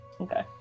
Okay